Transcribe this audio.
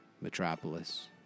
metropolis